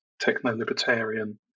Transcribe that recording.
techno-libertarian